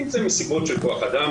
אם זה מסיבות של כוח אדם,